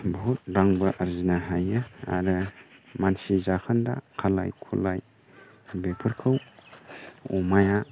बहुत रांबो आरजिनो हायो आरो मानसि जाखोन्दा खालाय खुलाय बेफोरखौ अमाया